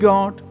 God